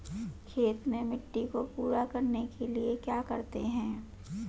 खेत में मिट्टी को पूरा करने के लिए क्या करते हैं?